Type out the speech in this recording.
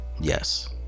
Yes